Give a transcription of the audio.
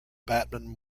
batman